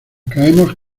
caemos